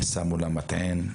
שמו לה מטען,